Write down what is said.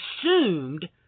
assumed